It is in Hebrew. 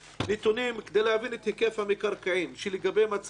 כדי להבין את היקף המקרקעין שלגביהם הצעת החוק